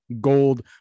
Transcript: gold